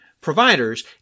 providers